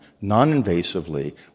non-invasively